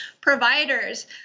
providers